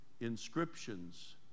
inscriptions